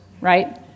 right